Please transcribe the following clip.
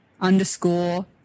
underscore